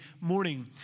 morning